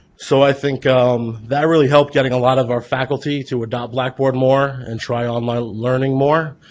so i think um that really helped getting a lot of our faculty to adopt blackboard more and try online learning more.